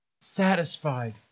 satisfied